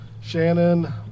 Shannon